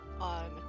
on